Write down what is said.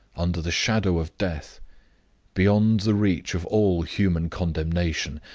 under the shadow of death beyond the reach of all human condemnation,